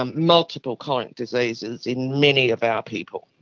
um multiple chronic diseases in many of our people,